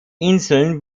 inseln